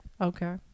Okay